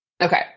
Okay